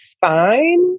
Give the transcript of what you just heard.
fine